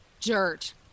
dirt